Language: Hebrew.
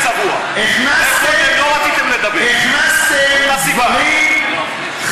חברת הכנסת קורן.